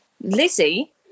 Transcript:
Lizzie